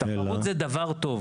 תחרות זה דבר טוב.